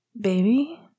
Baby